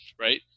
right